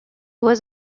was